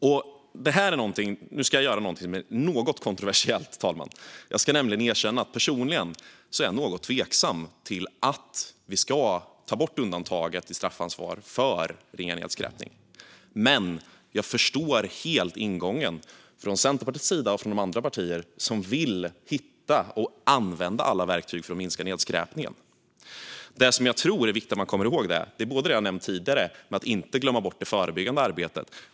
Nu ska jag göra någonting som är något kontroversiellt, fru talman. Jag ska nämligen erkänna att jag personligen är något tveksam till att vi ska ta bort undantaget gällande straffansvar för ringa nedskräpning. Men jag förstår helt ingången från Centerpartiet och de andra partier som vill hitta och använda alla verktyg för att minska nedskräpningen. Jag tror att det är viktigt att man kommer ihåg det förebyggande arbetet, som jag har nämnt tidigare.